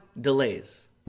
delays